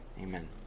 amen